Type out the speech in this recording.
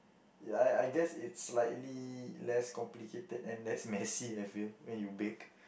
I I guess it's slightly less complicated and less messy I feel when you bake